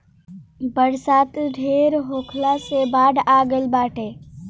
बरसात ढेर होखला से बाढ़ आ गइल बाटे